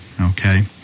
okay